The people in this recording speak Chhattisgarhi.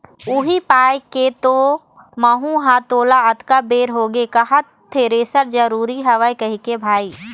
उही पाय के तो महूँ ह तोला अतका बेर होगे कहत थेरेसर जरुरी हवय कहिके भाई